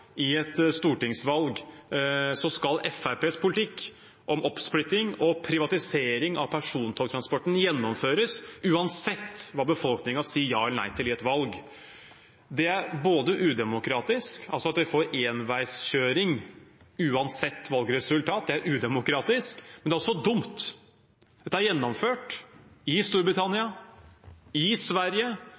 i et stortingsvalg, skal Fremskrittspartiets politikk om oppsplitting og privatisering av persontogtransporten gjennomføres – uansett hva befolkningen sier ja eller nei til i et valg. Det er udemokratisk at vi får enveiskjøring uansett valgresultat. Det er udemokratisk, men det er også dumt. Dette er gjennomført i Storbritannia og i Sverige.